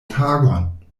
tagon